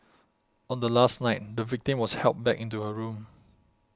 on the last night the victim was helped back into her room